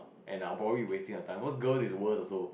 and I will probably be wasting her time cause girl is worse also